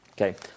Okay